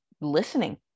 listening